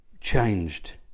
changed